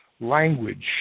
language